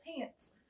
pants